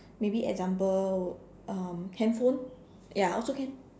maybe example um handphone ya also can